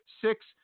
Six